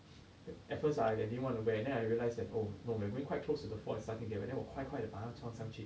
at first I didn't want to wear then I realized that oh no we're going quite close to the falls started there and then 我快快的把它穿上去